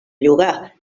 llogar